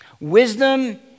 Wisdom